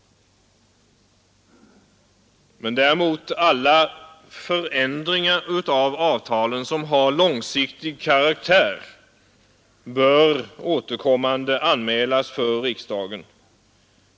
Alla förändringar i avtalen som är av långsiktig karaktär bör däremot återkommande anmälas för riksdagen.